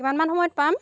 কিমান মান সময়ত পাম